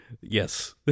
Yes